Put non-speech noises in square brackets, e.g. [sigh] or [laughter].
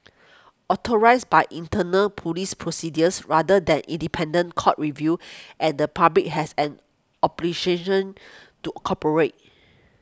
authorised by internal police procedures rather than independent court review and the public has an [unintelligible] to cooperate